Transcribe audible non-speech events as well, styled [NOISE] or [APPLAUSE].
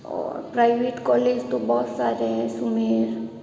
और private college तो बहुत सारे हैं [UNINTELLIGIBLE]